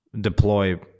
deploy